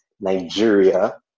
Nigeria